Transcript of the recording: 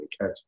catch